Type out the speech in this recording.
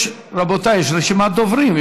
רבותיי, יש רשימת דוברים.